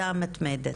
השנתית.